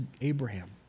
Abraham